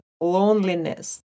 loneliness